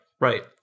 right